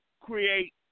create